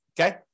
Okay